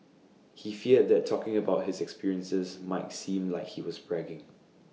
he feared that talking about his experiences might seem like he was bragging